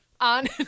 on